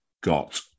got